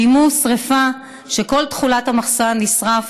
ביימו שרפה, שכל תכולת המחסן נשרף,